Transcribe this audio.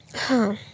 ಹಾಂ